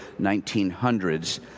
1900s